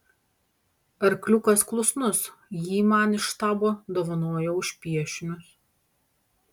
arkliukas klusnus jį man iš štabo dovanojo už piešinius